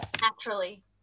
Naturally